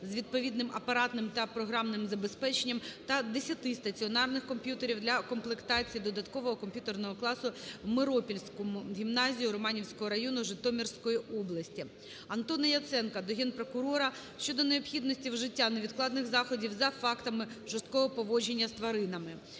з відповідним апаратним та програмним забезпеченням та десяти стаціонарних комп'ютерів для комплектації додаткового комп'ютерного класу в Миропільську гімназію Романівського району Житомирської області. Антона Яценка до Генпрокурора щодо необхідності вжиття невідкладних заходів за фактами жорстокого поводження з тваринами.